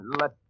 let